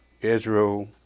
Israel